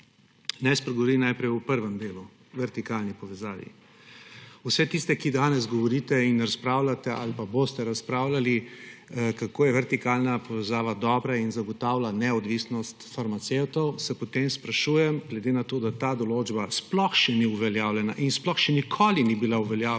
spregovorim najprej o prvem delu − o vertikalni povezani. Vse tiste, ki danes govorite in razpravljate ali pa boste razpravljali, kako je vertikalna povezava dobra in zagotavlja neodvisnost farmacevtov, se potem, glede na to, da ta določba sploh še ni uveljavljena in sploh še nikoli ni bila uveljavljena